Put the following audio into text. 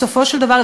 בסופו של דבר,